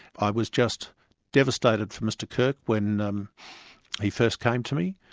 i was just devastated for mr kirk when um he first came to me.